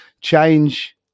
change